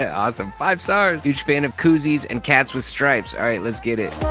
ah awesome, five stars! huge fan of koozies and cats with stripes. alright, let's get in.